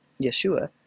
Yeshua